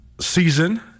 season